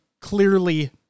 clearly